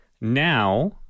now